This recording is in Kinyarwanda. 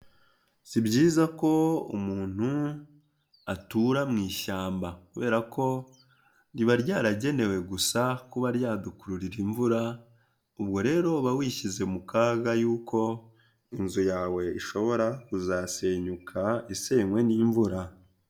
Si byiza ko umuntu atura mu ishyamba kubera ko riba ryaragenewe gusa kuba ryadukururira imvura, ubwo rero uba wishyize mu kaga yuko inzu yawe ishobora kuzasenyuka isenywe n'imvura.